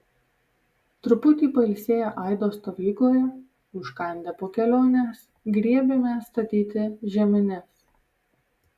truputį pailsėję aido stovykloje užkandę po kelionės griebėmės statyti žemines